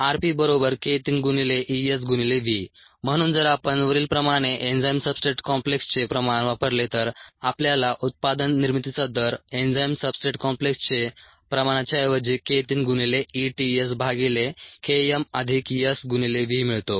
rPk3 ES V म्हणून जर आपण वरीलप्रमाणे एन्झाईम सब्सट्रेट कॉम्प्लेक्सचे प्रमाण वापरले तर आपल्याला उत्पादन निर्मितीचा दर एन्झाईम सब्सट्रेट कॉम्प्लेक्सचे प्रमाणाच्या ऐवजी k 3 गुणिले E t S भागिले K m अधिक S गुणिले V मिळतो